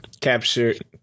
captured